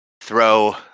throw